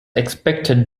expected